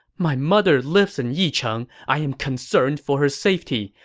my mother lives in yicheng. i'm concerned for her safety.